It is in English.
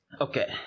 okay